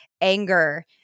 anger